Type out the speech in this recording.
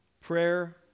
prayer